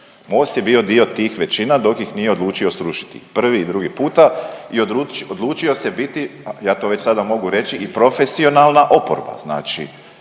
Most je bio dio tih većina dok ih nije odlučio srušiti prvi i drugi puta i odlučio se biti ja to već sada mogu reći i profesionalna oporba.